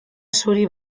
zuri